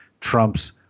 Trump's